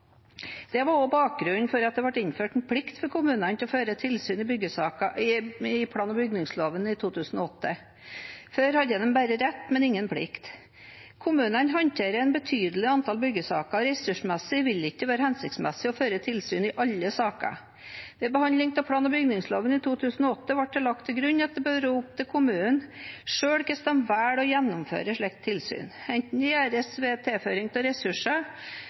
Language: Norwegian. Det var også bakgrunnen for at det ble innført en plikt for kommunene til å føre tilsyn i byggesaker i plan- og bygningsloven i 2008. Før hadde de bare rett, men ingen plikt. Kommunene håndterer et betydelig antall byggesaker, og ressursmessig vil det ikke være hensiktsmessig å føre tilsyn i alle saker. Ved behandlingen av plan- og bygningsloven i 2008 ble det lagt til grunn at det bør være opp til kommunene selv hvordan de velger å gjennomføre slikt tilsyn, enten det gjøres ved tilføring av ressurser,